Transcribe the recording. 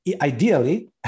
Ideally